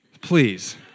please